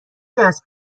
دست